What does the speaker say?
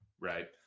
right